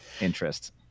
interest